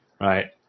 Right